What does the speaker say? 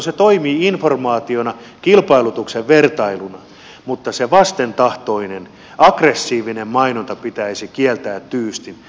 se toimii informaationa kilpailutuksen vertailuna mutta se vastentahtoinen aggressiivinen mainonta pitäisi kieltää tyystin